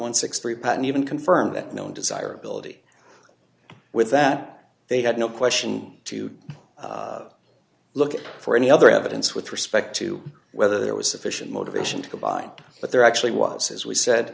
and sixty three patent even confirmed that no desirability with that they had no question to look for any other evidence with respect to whether there was sufficient motivation to go by but there actually was as we said